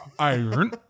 Iron